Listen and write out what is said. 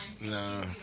Nah